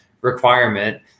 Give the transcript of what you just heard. requirement